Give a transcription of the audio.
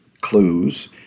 clues